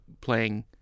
playing